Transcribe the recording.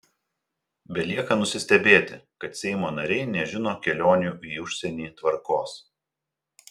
belieka nusistebėti kad seimo nariai nežino kelionių į užsienį tvarkos